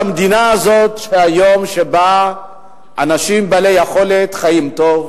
המדינה הזאת שהיום אנשים בעלי יכולת חיים בה טוב,